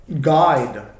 guide